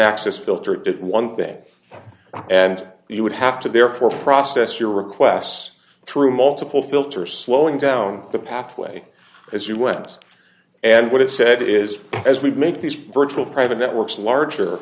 ccess filter it did one thing and you would have to therefore process your requests through multiple filter slowing down the pathway as you went and what it said is as we make these virtual private networks larger